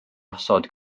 osod